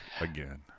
again